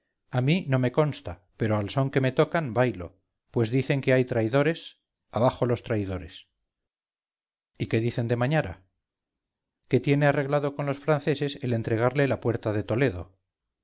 a mí no me consta pero al son que me tocan bailo pues dicen que hay traidores abajo los traidores y qué dicen de mañara que tiene arreglado con los franceses el entregarle la puerta de toledo